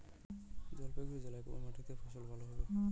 জলপাইগুড়ি জেলায় কোন মাটিতে ফসল ভালো হবে?